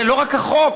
זה לא רק החוק,